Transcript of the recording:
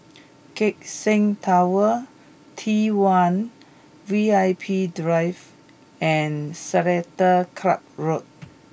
Keck Seng Tower T one V I P Drive and Seletar Club Road